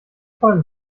tollen